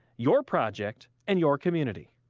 your project and your community.